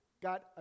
got